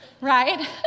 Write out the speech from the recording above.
right